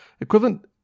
Equivalent